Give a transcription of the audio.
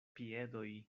piedoj